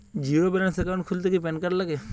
Zero balance account খুলতে কি PAN card লাগে?